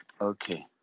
Okay